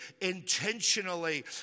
intentionally